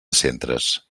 centres